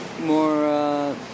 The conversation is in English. more